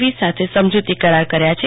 વી સાથે સમજુતી કરાર કર્યા છે